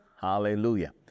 hallelujah